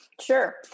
sure